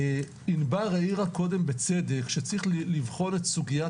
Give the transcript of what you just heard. ענבר העירה קודם בצדק שצריך לבחון את סוגית